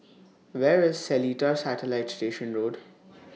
Where IS Seletar Satellite Station Road